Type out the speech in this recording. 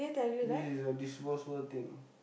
this is a disposable thing